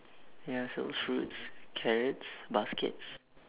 ya sells fruits carrots baskets